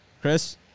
Chris